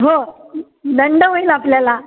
हो दंड होईल आपल्याला